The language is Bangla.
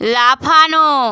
লাফানো